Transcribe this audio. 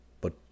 But